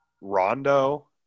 Rondo